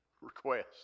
request